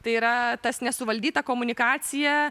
tai yra tas nesuvaldyta komunikacija